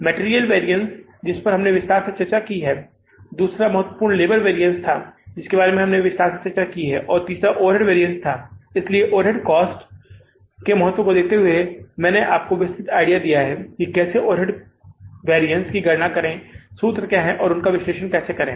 material variance जिसपर हमने विस्तार से चर्चा की है दूसरा महत्वपूर्ण लेबर वेरिएंस था जिसके बारे में हमने विस्तार से चर्चा की है और तीसरा ओवरहेड वैरिएशन है इसलिए ओवरहेड कॉस्ट के महत्व को देखते हुए मैंने आपको विस्तृत आइडिया दिया है कि कैसे ओवरहेड वैरिअन्स की गणना करें और सूत्र क्या हैं और उनका विश्लेषण कैसे करें